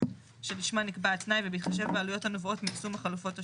שלשמה נקבע התנאי ובהתחשב בעלויות הנובעות מיישום החלופות השונות.